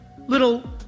little